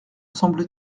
semble